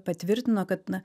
patvirtino kad na